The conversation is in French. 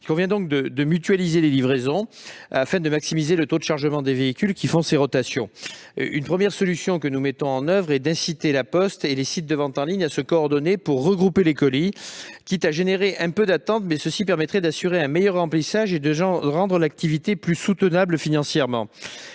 Il convient donc de mutualiser les livraisons afin de maximiser le taux de chargement des véhicules qui assurent ces rotations. Une première solution, que nous mettons déjà en oeuvre, consiste à inciter La Poste et les sites de vente en ligne à se coordonner pour regrouper les colis. Quitte à allonger les délais d'attente, cette solution permettrait d'assurer un meilleur remplissage et de rendre l'activité plus soutenable financièrement.